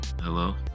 Hello